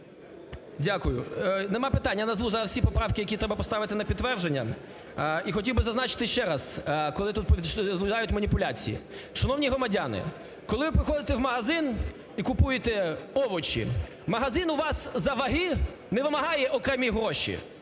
Дякую. Немає питань, я назву зараз всі поправки, які треба поставити на підтвердження. І хотів би зазначити ще раз, коли тут… маніпуляції. Шановні громадяни, коли ви приходите в магазин і купуєте овочі, магазин у вас за ваги не вимагає окремі гроші.